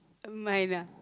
mine ah